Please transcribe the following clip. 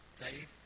Dave